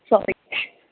sorry